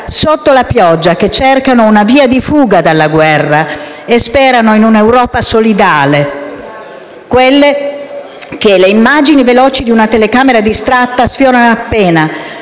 sotto la pioggia, che cercano una via di fuga dalla guerra e sperano in un’Europa solidale; quelle donne che le immagini veloci di una telecamera distratta sfiorano appena,